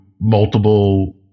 multiple